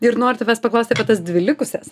ir noriu tavęs paklausti apie tas dvi likusias